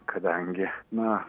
kadangi na